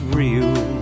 real